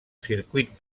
circuit